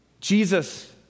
Jesus